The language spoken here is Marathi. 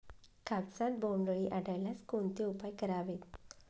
कापसात बोंडअळी आढळल्यास कोणते उपाय करावेत?